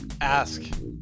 ask